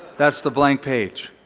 that's the blank page.